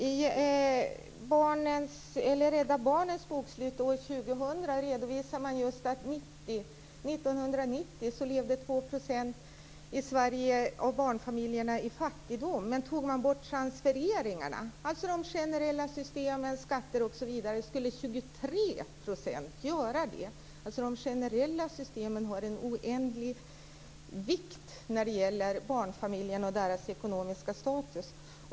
I Rädda Barnens bokslut år 2000 redovisar man att 1990 levde 2 % av barnfamiljerna i Sverige i fattigdom. Men tog man bort transfereringarna, alltså de generella systemen, skatter osv., skulle 23 % göra det. De generella systemen har alltså en oändlig vikt när det gäller barnfamiljerna och deras ekonomiska status.